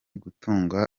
gutunga